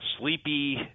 Sleepy